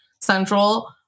Central